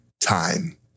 time